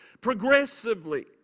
progressively